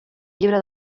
llibre